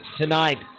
tonight